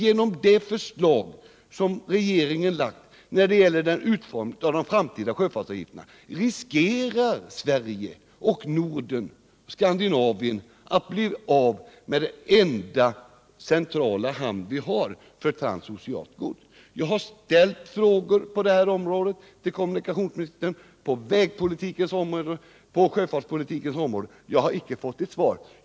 Genom det förslag som regeringen lagt när det gäller utformningen av de framtida sjöfartsavgifterna riskerar Sverige — och Skandinavien och Norden — att bli av med den enda centrala hamn vi har för transoceant gods. Jag har ställt frågor till kommunikationsministern på vägpolitikens område och på sjöfartspolitikens område, men jag har icke fått något svar.